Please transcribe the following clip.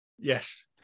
Yes